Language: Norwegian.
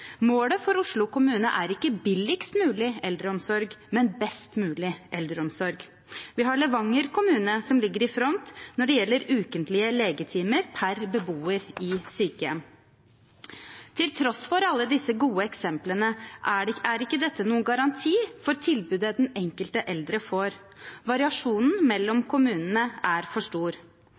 Målet for Oslo kommune er ikke billigst mulig eldreomsorg, men best mulig eldreomsorg. Vi har Levanger kommune, som ligger i front når det gjelder ukentlige legetimer per beboer i sykehjem. Til tross for alle disse gode eksemplene er ikke dette noen garanti for tilbudet den enkelte eldre får. Variasjonen mellom kommunene er for stor.